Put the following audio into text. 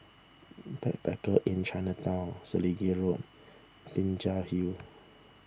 Backpackers Inn Chinatown Selegie Road Binjai Hill